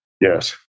Yes